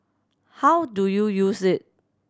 how do you use it